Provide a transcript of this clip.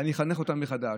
ואני אחנך אותן מחדש.